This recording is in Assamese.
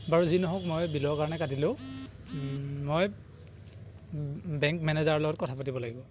বাৰু যি নহওক মই বিলৰ কাৰণে কাটিলেও মই বেংক মেনেজাৰৰ লগত কথা পাতিব লাগিব